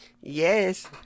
Yes